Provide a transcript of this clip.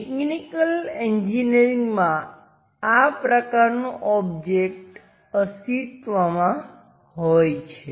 mechanical એન્જિનિયરિંગમાં આ પ્રકારનો ઓબ્જેક્ટ અસ્તિત્વમાં હોય છે